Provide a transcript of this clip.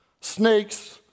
snakes